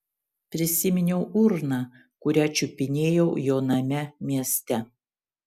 prisiminiau urną kurią čiupinėjau jo name mieste